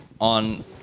on